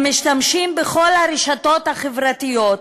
הם משתמשים בכל הרשתות החברתיות,